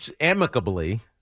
amicably